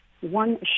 one